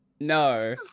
No